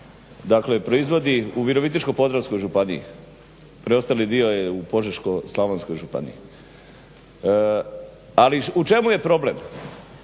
se proizvodi u Virovitičko-podravskoj županiji, preostali dio je u Požeško-slavonskoj županiji. Ali u čemu jer problem?